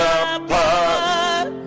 apart